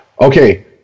Okay